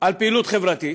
על פעילות חברתית,